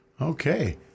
Okay